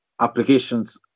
applications